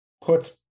puts